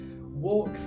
walk